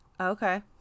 Okay